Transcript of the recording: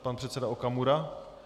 Pan předseda Okamura?